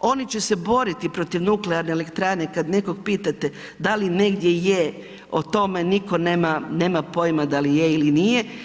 oni će se boriti protiv nuklearne elektrane, kad nekog pitate da li negdje je o tome nitko nema pojma da li je ili nije.